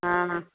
हा हा